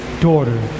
Daughter